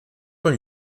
beim